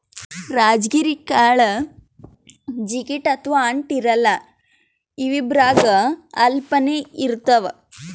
ರಾಜಗಿರಿ ಕಾಳ್ ಜಿಗಟ್ ಅಥವಾ ಅಂಟ್ ಇರಲ್ಲಾ ಇವ್ಬಿ ರಾಗಿ ಅಪ್ಲೆನೇ ಇರ್ತವ್